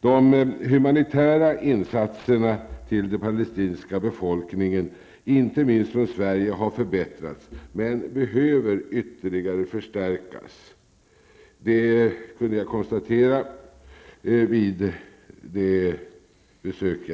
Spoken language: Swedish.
De humanitära insatserna för den palestinska befolkningen, inte minst från svensk sida, har förbättrats men behöver ytterligare förstärkas. Det kunde jag konstatera vid mitt besök.